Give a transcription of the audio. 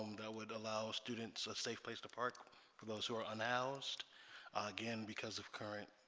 um that would allow students a safe place to park for those who are announced again because of current